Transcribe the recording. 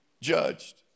judged